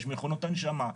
יש מכונות הנשמה,